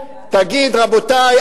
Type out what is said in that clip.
תגיד: רבותי,